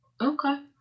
Okay